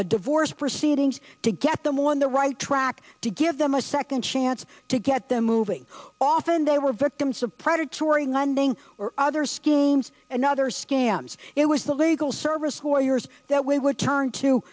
a divorce proceedings to get them on the right track to give them a second chance to get them moving often they were victims of predatory lending or other schemes another scams it was the legal service lawyers that we would turn to